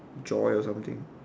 joy or something